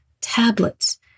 tablets